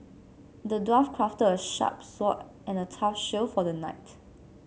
the dwarf crafted a sharp sword and a tough shield for the knight